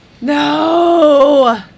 no